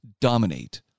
dominate